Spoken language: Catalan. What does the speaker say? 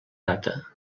data